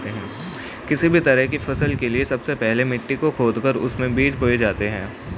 किसी भी तरह की फसल के लिए सबसे पहले मिट्टी को खोदकर उसमें बीज बोए जाते हैं